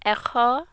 এশ